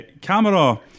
Camera